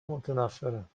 متنفرم